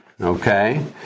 Okay